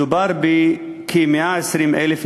מדובר בכ-120,000 נפשות,